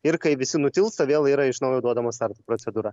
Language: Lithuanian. ir kai visi nutils ta vėl yra iš naujo duodama starto procedūra